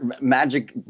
magic